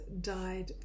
died